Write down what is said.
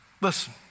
Listen